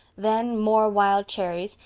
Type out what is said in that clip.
then more wild cherries,